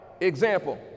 Example